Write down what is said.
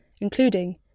including